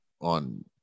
on